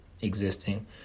existing